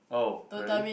oh really